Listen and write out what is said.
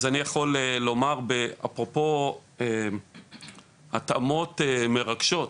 אז אני יכול לומר אפרופו התאמות מרגשות,